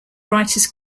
writers